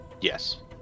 Yes